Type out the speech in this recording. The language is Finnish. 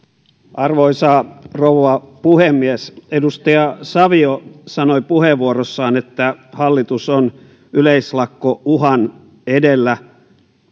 arvoisa rouva puhemies edustaja savio sanoi puheenvuorossaan että hallitus on yleislakkouhan edellä